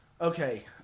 Okay